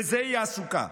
בזה היא עסוקה,